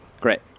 Great